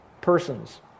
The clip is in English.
persons